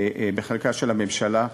בחלקה של הממשלה,